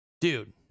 Dude